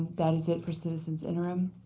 that is it for citizen interim.